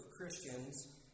Christians